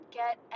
get